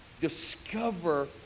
discover